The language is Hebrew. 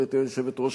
גברתי היושבת-ראש,